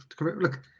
Look